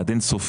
עד אין סופית,